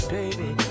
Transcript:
Baby